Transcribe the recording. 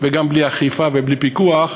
גם בלי אכיפה ובלי פיקוח.